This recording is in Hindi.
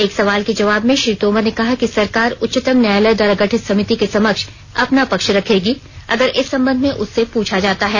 एक सवाल के जवाब में श्री तोमर ने कहा कि सरकार उच्चतम न्यायालय द्वारा गठित समिति के समक्ष अपना पक्ष रखेगी अगर इस संबंध में उससे पूछा जाता है